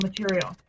material